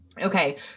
okay